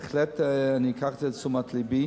בהחלט, אני אקח את זה לתשומת לבי.